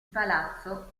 palazzo